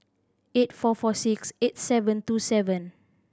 eight four four six eight seven two seven